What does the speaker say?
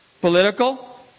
Political